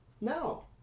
no